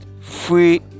free